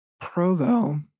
Provo